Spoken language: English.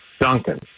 Duncan